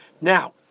Now